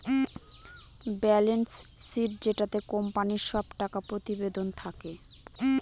balance sheet যেটাতে কোম্পানির সব টাকা প্রতিবেদন থাকে